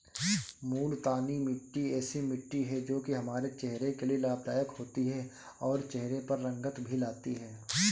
मूलतानी मिट्टी ऐसी मिट्टी है जो की हमारे चेहरे के लिए लाभदायक होती है और चहरे पर रंगत भी लाती है